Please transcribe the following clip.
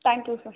thank you sir